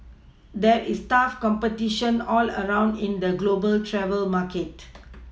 there is tough competition all round in the global travel market